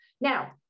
now